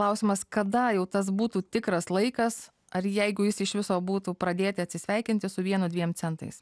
klausimas kada jau tas būtų tikras laikas ar jeigu jis iš viso būtų pradėti atsisveikinti su vienu dviem centais